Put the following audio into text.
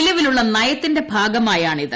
നിലവിലുള്ള നയത്തിന്റെ ഭാഗമായാണ് ഇത്